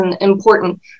important